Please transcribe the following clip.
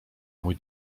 mój